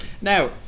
Now